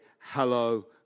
hello